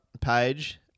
page